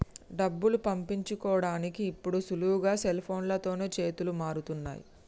డబ్బులు పంపించుకోడానికి ఇప్పుడు సులువుగా సెల్ఫోన్లతోనే చేతులు మారుతున్నయ్